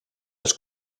les